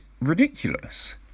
ridiculous